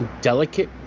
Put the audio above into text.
delicate